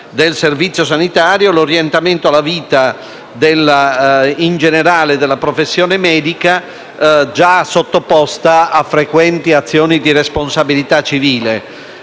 del Servizio sanitario e, in generale, l'orientamento alla vita della professione medica, già sottoposta a frequenti azioni di responsabilità civile.